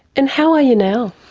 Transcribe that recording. and how are you now?